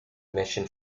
mission